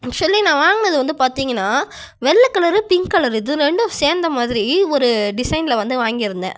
actually நான் வாங்கினது வந்து பார்த்தீங்கன்னா வெள்ளை கலரு பிங்க் கலரு இது ரெண்டும் சேர்ந்த மாதிரி ஒரு டிசைனில் வந்து வாங்கியிருந்தேன்